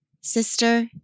sister